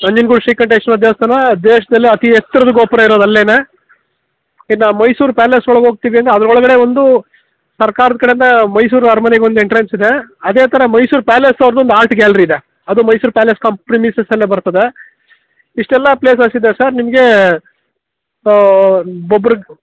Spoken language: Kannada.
ನಂಜನಗೂಡು ಶ್ರೀಕಂಠೇಶ್ವರ ದೇವಸ್ಥಾನ ದೇಶದಲ್ಲೇ ಅತಿ ಎತ್ತರದ ಗೋಪುರ ಇರೋದಲ್ಲೇನೇ ಇನ್ನು ಮೈಸೂರು ಪ್ಯಾಲೆಸ್ ಒಳಗೋಗ್ತೀವಂದ್ರೆ ಅದರ ಒಳಗಡೆ ಒಂದು ಸರ್ಕಾರದ ಕಡೆಯಿಂದ ಮೈಸೂರು ಅರಮನೆಗೊಂದು ಎಂಟ್ರೆನ್ಸ್ ಇದೆ ಅದೇ ಥರ ಮೈಸೂರು ಪ್ಯಾಲೆಸ್ ಅವ್ರದೊಂದು ಆರ್ಟ್ ಗ್ಯಾಲರಿ ಇದೆ ಅದು ಮೈಸೂರು ಪ್ಯಾಲೆಸ್ ಕಮ್ ಪ್ರೀಮಿಸ್ಸೆಸ್ಸಲ್ಲೇ ಬರ್ತದೆ ಇಷ್ಟೆಲ್ಲ ಪ್ಲೇಸಸ್ ಇದೆ ಸರ್ ನಿಮಗೆ ಒಬ್ಬೊಬ್ಬರಿಗೆ